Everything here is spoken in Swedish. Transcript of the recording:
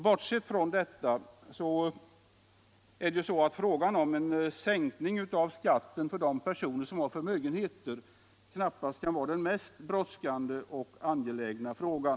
Bortsett från detta kan väl en sänkning av skatten för dem som har förmögenheter knappast vara den mest brådskande och angelägna frågan.